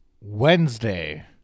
Wednesday